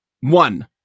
one